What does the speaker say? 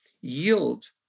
yield